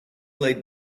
laid